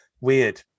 Weird